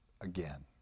again